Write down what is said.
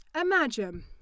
imagine